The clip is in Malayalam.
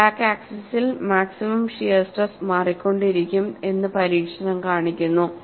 ക്രാക്ക് ആക്സിസിൽ മാക്സിമം ഷിയർ സ്ട്രെസ് മാറിക്കൊണ്ടിരിക്കും എന്ന് പരീക്ഷണം കാണിക്കുന്നു